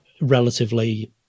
relatively